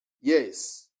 Yes